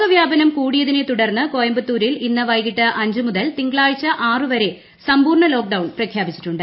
രോഗവ്യാപനം കൂടിയതിനെതുടർന്ന് കോയമ്പത്തൂരിൽ ഇിന്റ് വൈകിട്ട് അഞ്ച് മുതൽ തിങ്കളാഴ്ച ആറു വരെ സമ്പൂർണ ലോക്ട്സ്ട്ട്ൺ പ്രഖ്യാപിച്ചിട്ടുണ്ട്